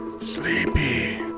Sleepy